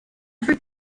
every